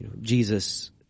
Jesus